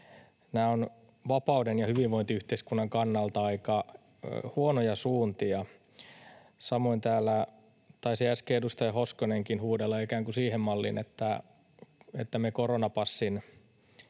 Nämä ovat vapauden ja hyvinvointiyhteiskunnan kannalta aika huonoja suuntia. Samoin täällä taisi äsken edustaja Hoskonenkin huudella ikään kuin siihen malliin, että me koronapassin